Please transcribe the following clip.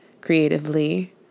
creatively